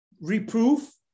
reproof